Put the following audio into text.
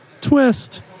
twist